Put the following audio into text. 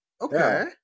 okay